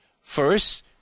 First